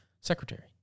Secretary